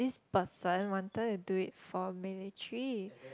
person wanted to do it for military